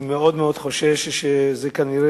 אני מאוד מאוד חושש, שכנראה